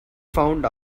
found